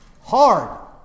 Hard